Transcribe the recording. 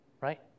right